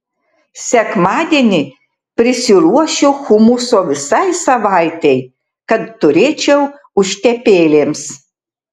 sekmadienį prisiruošiu humuso visai savaitei kad turėčiau užtepėlėms